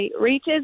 reaches